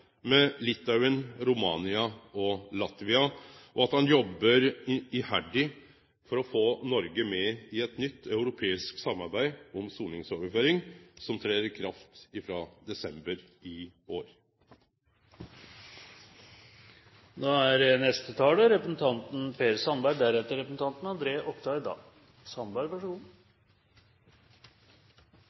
med Litauen, Romania og Latvia, og at han jobbar iherdig for å få Noreg med i eit nytt europeisk samarbeid om soningsoverføring som trer i kraft frå desember i år.